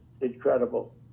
incredible